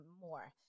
more